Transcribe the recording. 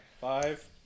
Five